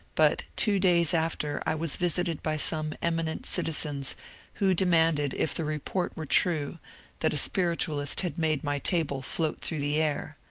but two days after i was visited by some eminent citizens who demanded if the report were true that a spiritualist had made my table float through the air.